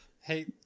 hey